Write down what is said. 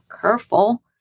careful